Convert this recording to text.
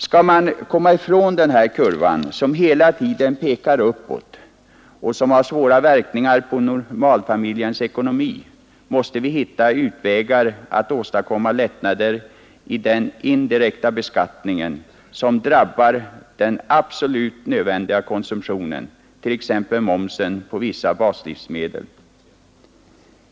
Skall man komma ifrån denna kurva, som hela tiden pekar uppåt och som har svåra verkningar på normalfamiljens ekonomi, måste vi hitta utvägar att åstadkomma lättnader i den indirekta beskattningen, som drabbar den absolut nödvändiga konsumtionen, t.ex. momsen på vissa baslivsmedel.